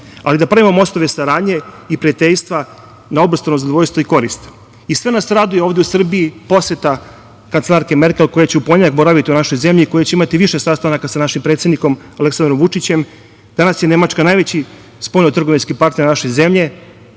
da pravimo mostove saradnje i prijateljstva na obostrano zadovoljstvo i korist. Sve nas raduje ovde u Srbiji poseta kancelarke Merkel koja će u ponedeljak boraviti u našoj zemlji i koja će imati više sastanaka sa našim predsednikom Aleksandrom Vučićem. Danas je Nemačka najveći spoljno-trgovinski partner naše zemlje